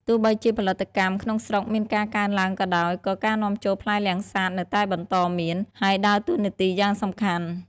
ទោះបីជាផលិតកម្មក្នុងស្រុកមានការកើនឡើងក៏ដោយ ក៏ការនាំចូលផ្លែលាំងសាតនៅតែបន្តមាន ហើយដើរតួនាទីយ៉ាងសំខាន់។